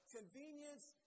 convenience